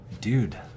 Dude